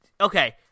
okay